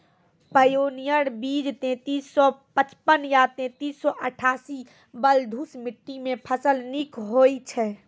Pioneer बीज तेंतीस सौ पचपन या तेंतीस सौ अट्ठासी बलधुस मिट्टी मे फसल निक होई छै?